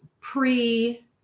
pre